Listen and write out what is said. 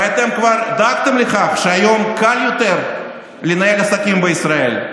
הרי אתם כבר דאגתם לכך שהיום קל יותר לנהל עסקים בישראל,